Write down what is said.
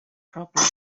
problem